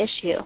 issue